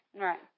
Right